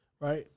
right